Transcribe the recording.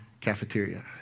cafeteria